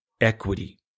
equity